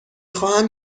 خواهم